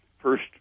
First